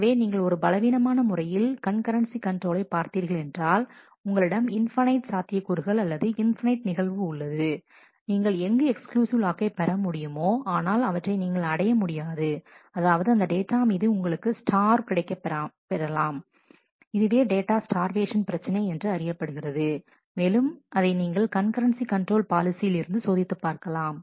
எனவே நீங்கள் ஒரு பலவீனமான முறையில் கண்கரன்சி கன்ட்ரோலை பார்த்தீர்கள் என்றால் உங்களிடம் இன்ஃபைநைட் சாத்தியக்கூறுகள் அல்லது இன்ஃபைநைட் நிகழ்வு உள்ளது நீங்கள் எங்கு எக்ஸ்க்ளூசிவ் லாக்கை பெற முடியுமோ ஆனால் அவற்றை நீங்கள் அடைய முடியாது அதாவது அந்த டேட்டா மீது உங்களுக்குக் ஸ்டார்வ் கிடைக்கப் பெறலாம் இதுவே டேட்டா ஸ்டார்வேஷன் பிரச்சனை என்று அறியப்படுகிறது மேலும் அதை நீங்கள் கண்கரன்சி கண்ட்ரோல் பாலிசியிலிருந்து சோதித்துப் பார்க்கலாம்